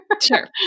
sure